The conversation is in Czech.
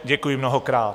Děkuji mnohokrát.